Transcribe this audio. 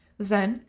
then,